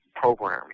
programming